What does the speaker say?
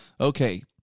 okay